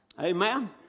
Amen